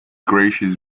gracious